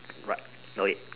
what wait